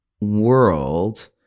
world